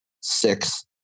six